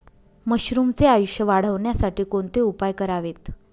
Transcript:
मशरुमचे आयुष्य वाढवण्यासाठी कोणते उपाय करावेत?